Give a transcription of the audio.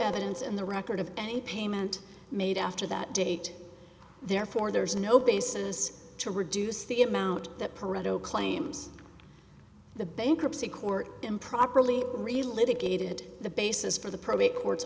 evidence in the record of any payment made after that date therefore there is no basis to reduce the amount that parental claims the bankruptcy court improperly really litigated the basis for the